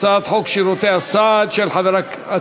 הצעת חוק שירותי הסעד (תיקון,